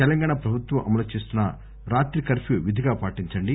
తెలంగాణ ప్రభుత్వం అమలు చేస్తున్న రాత్రి కర్ఫ్యూ విధిగా పాటించండి